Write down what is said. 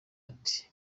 ati